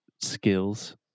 skills